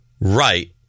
Right